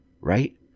right